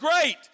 great